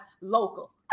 local